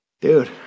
dude